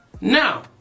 Now